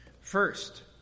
First